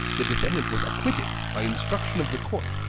the defendant was acquitted by instruction of the court,